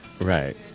Right